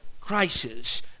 crisis